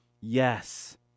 yes